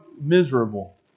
miserable